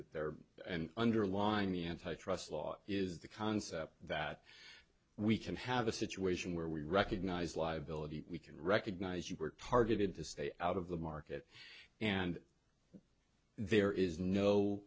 there underlying the antitrust law is the concept that we can have a situation where we recognize liability we can recognize you were targeted to stay out of the market and there is no